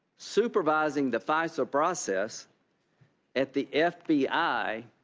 supervising the fisa process at the f b i,